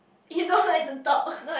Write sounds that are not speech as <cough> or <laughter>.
he don't like to talk <laughs>